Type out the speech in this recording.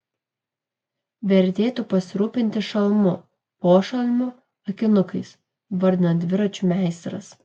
vertėtų pasirūpinti šalmu pošalmiu akinukais vardina dviračių meistras